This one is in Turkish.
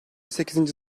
sekizinci